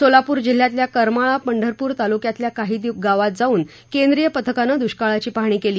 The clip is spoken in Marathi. सोलापूर जिल्ह्यातल्या करमाळा पंढरपूर तालुक्यातल्या काही गावात जाऊन केंद्रीय पथकानं दुष्काळाची पाहणी केली